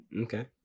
Okay